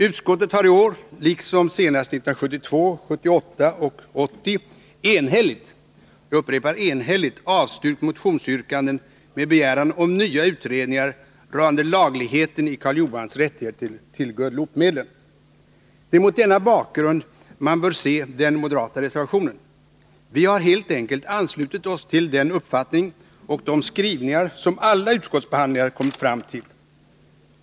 Utskottet har i år liksom senast 1972, 1978 och 1980 enhälligt — jag upprepar enhälligt — avstyrkt motionsyrkanden med begäran om nya utredningar rörande lagligheten i Karl Johans rättigheter till Guadeloupemedlen. Det är mot denna bakgrund man bör se den moderata reservationen. Vi har helt enkelt anslutit oss till den uppfattning och de skrivningar som alla utskottsbehandlingar kommit fram till.